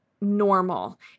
normal